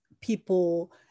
people